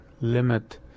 limit